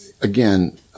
again